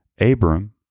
Abram